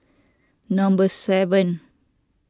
number seven